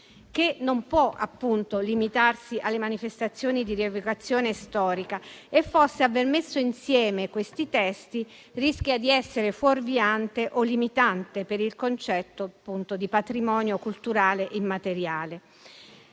che non può, appunto, limitarsi alle manifestazioni di rievocazione storica. Forse, aver messo insieme questi testi rischia di essere fuorviante o limitante per il concetto di patrimonio culturale immateriale,